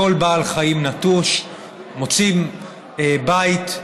לכל בעל חיים נטוש מוצאים בית,